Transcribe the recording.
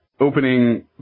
opening